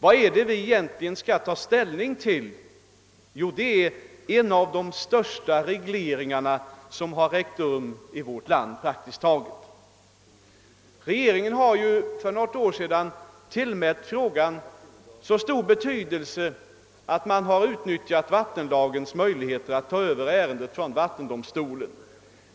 Vad är det egentligen som vi skall ta ställning till? Jo, det är de praktiskt taget största regleringar som ägt rum i våri land. Regeringen tillmätte för något år sedan frågan så stor betydelse att den utnyttjade vattenlagens möjligheter att ta över ärendet från vattendomstolen.